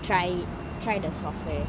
try try the software